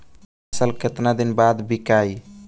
फसल केतना दिन बाद विकाई?